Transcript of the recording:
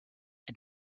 and